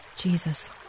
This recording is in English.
Jesus